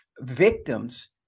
victims